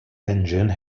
engine